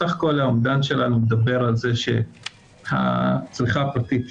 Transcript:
אז סך כל האומדן שלנו מדבר על זה שהצריכה הפרטית,